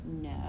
No